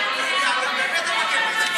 אתה באמת מגן